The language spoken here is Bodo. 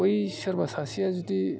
बै सोरबा सासेया जुदि